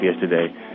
yesterday